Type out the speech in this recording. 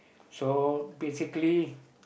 so basically